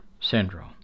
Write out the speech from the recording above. syndrome